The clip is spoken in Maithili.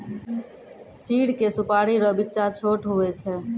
चीड़ के सुपाड़ी रो बिच्चा छोट हुवै छै